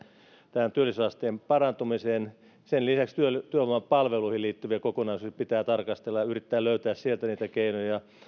tähän työllisyysasteen parantumiseen sen lisäksi työvoimapalveluihin liittyviä kokonaisuuksia pitää tarkastella ja yrittää löytää sieltä niitä keinoja